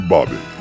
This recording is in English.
Bobby